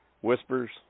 Whispers